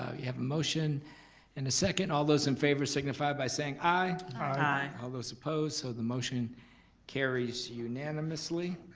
i have a motion and a second and all those in favor signify by saying aye. aye. all those opposed, so the motion carries unanimously.